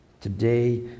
Today